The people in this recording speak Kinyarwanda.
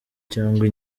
cyangwa